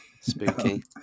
Spooky